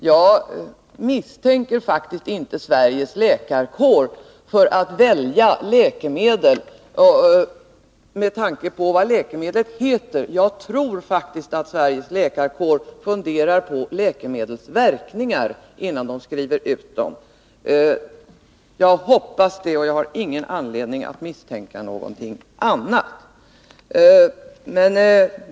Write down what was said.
Jag misstänker inte Sveriges läkarkår för att välja läkemedel med tanke på dess namn, utan jag tror faktiskt att Sveriges läkarkår funderar på läkemedlets verkningar innan man skriver ut det. Jag har ingen anledning att misstänka något annat.